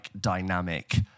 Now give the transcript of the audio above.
dynamic